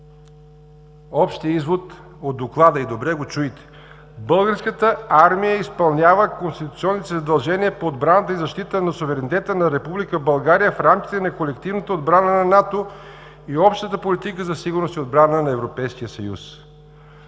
общия извод от доклада, и добре го чуйте: Българската армия изпълнява конституционните си задължения по отбраната и защитата на суверенитета на Република България в рамките на колективната отбраната на НАТО и общата политика за сигурност и отбрана на